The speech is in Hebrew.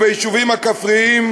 ביישובים הכפריים,